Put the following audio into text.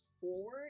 forward